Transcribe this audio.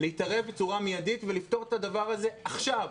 להתערב בצורה מידית ולפתור את הדבר הזה עכשיו.